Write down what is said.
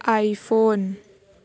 iphone